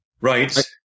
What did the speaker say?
right